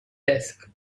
desk